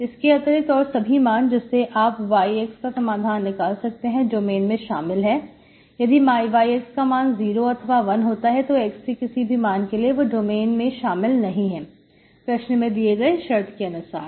इसके अतिरिक्त और सभी मान जिससे आप y का समाधान निकाल सकते हैं डोमेन में शामिल है यदि y का मान 0 अथवा 1 होता है x के किसी भी मान के लिए तो वह डोमेन में शामिल नहीं है प्रश्न में दिए गए शर्त के अनुसार